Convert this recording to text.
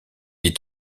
est